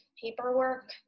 paperwork